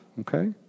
okay